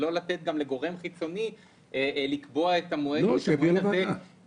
ולא לתת לגורם חיצוני לקבוע את המועד בהסתמך